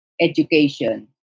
education